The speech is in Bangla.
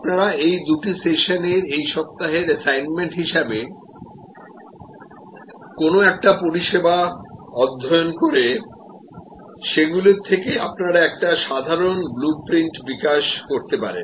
আপনারা এই দুটি সেশনের এই সপ্তাহের অ্যাসাইনমেন্ট হিসাবে কোন একটি পরিষেবা অধ্যয়ন করে সেগুলির থেকে আপনারা একটি সাধারণ ব্লু প্রিন্ট বিকাশ করতে পারেন